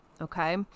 Okay